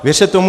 Věřte tomu.